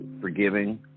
forgiving